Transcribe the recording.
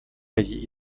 bayi